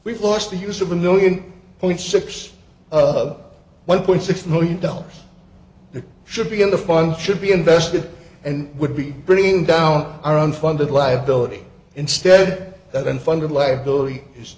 we've lost the use of a million point six of one point six million dollars that should be on the front should be invested and would be bringing down our own funded liability instead of unfunded liability is